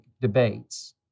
debates